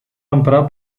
emprar